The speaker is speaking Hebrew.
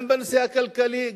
גם בנושא הכלכלי,